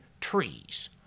trees